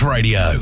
Radio